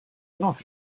not